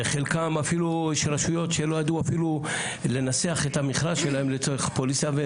וחלקם אפילו יש רשויות שלא ידעו אפילו לנסח את המכרז שלהם לצורך פוליסה,